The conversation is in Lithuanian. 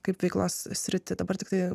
kaip veiklos sritį dabar tiktai